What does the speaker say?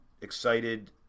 excited